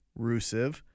Rusev